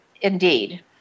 Indeed